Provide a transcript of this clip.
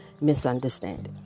misunderstanding